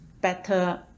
better